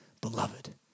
beloved